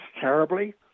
terribly